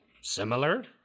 similar